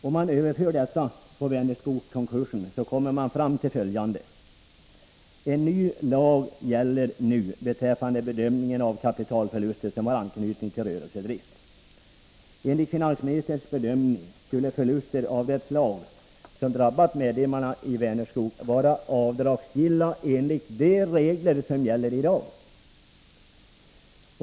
Om man överför detta på Vänerskogskonkursen, kommer man fram till följande: En ny lag gäller nu beträffande bedömningen av kapitalförluster som har anknytning till rörelsedrift. Enligt finansministerns bedömning skulle förluster av det slag som medlemmarna i Vänerskog drabbats av vara avdragsgilla enligt de regler som gäller i dag.